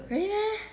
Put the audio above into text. really meh